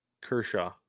kershaw